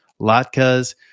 Latkes